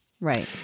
Right